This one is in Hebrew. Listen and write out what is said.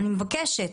אני מבקשת.